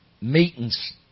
meetings